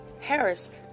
Harris